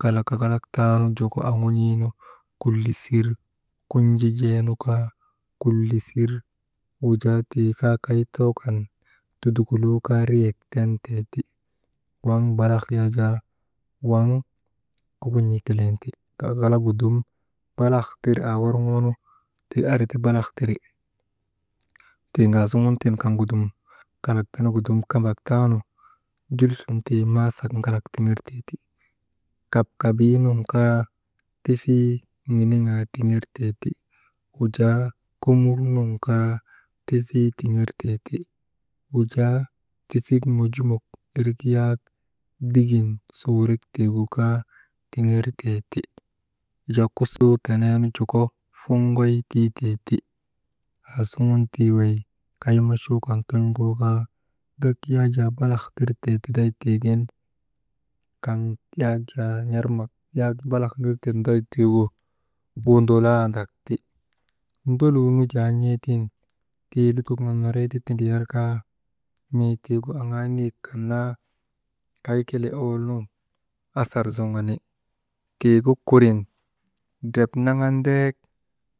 Kalak kakalak taanu juko aŋun̰ii nu kullisir, kunjijee nu kaa kullisir, wujaa tii kaa kay too kan tudukuloo kaa riyek tenteeti, waŋ balak yak jaa waŋ kokon̰ii kelen ti, kakalagu dum balak tir aa worŋoonu tii ari ti balak tiri, tii ŋaasuŋun tiŋ kaŋgu dum kalak tenegu dum kambak taanu, jul sun tii maasak ŋalak tiŋertee ti, kapkabii nun kaa tifii niniŋaa tiŋertee ti, wujaa komur nun kaa tifii tiŋertee ti, wujaa tifik mojumok irik yak digin su wurik tiigu kaa tiŋertee ti, wujaa kusii teneenu joko foŋoy tii tee ti, aa suŋun tii wey kay machuu kan ton̰goo kaa, gak yak jaa balak tirtee tiday tiigin kaŋ yak jaa n̰armak yak balak nirtee niday tiigu, wondolandak ti, ndoluu nujaa n̰eetiŋ tii lutok nonorey ti tindriyar kaa mii tiigu aŋaa niyek kan naa kay kelee owol nun asar zoŋani, tii gu kurin ndrep naŋan ndeek